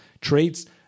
traits